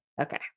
Okay